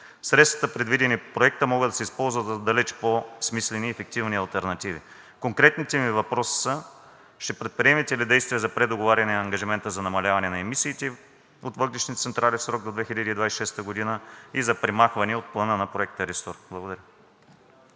Средствата, предвидени по Проекта, могат да се използват за далеч по-смислени и ефективни алтернативи. Конкретният ми въпрос е: ще предприемете ли действия за предоговаряне на ангажимента за намаляване на емисиите от въглищни централи в срок до 2026 г. и за премахване от Плана на Проекта RESTORE? Благодаря.